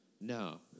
No